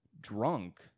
drunk